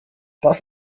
das